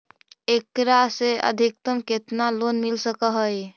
एकरा से अधिकतम केतना लोन मिल सक हइ?